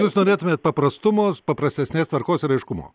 jūs norėtumėt paprastumo paprastesnės tvarkos ir aiškumo